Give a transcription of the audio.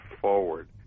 forward